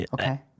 Okay